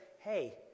hey